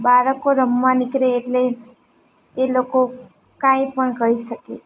બાળકો રમવા નીકળે એટલે એ લોકો કાંઈ પણ કરી શકે